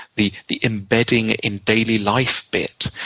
the the embedding in daily life bit.